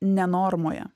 ne normoje